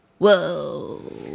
Whoa